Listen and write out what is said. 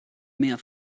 mehr